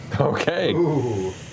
Okay